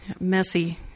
messy